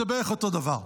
זה בערך אותו דבר,